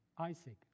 Isaac